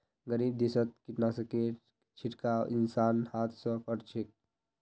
गरीब देशत कीटनाशकेर छिड़काव इंसान हाथ स कर छेक